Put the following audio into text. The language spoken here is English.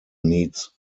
needs